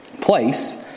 place